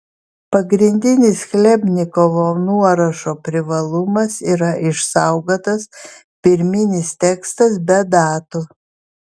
pagrindinis chlebnikovo nuorašo privalumas yra išsaugotas pirminis tekstas be datų